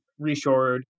reshored